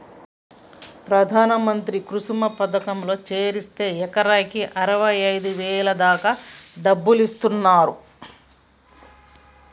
ప్రధాన మంత్రి కుసుమ పథకంలో చేరిస్తే ఎకరాకి అరవైఐదు వేల దాకా డబ్బులిస్తున్నరు